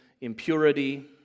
impurity